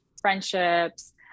friendships